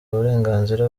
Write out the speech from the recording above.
uburenganzira